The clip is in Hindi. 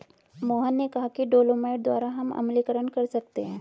मोहन ने कहा कि डोलोमाइट द्वारा हम अम्लीकरण कर सकते हैं